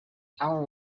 how